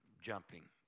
jumping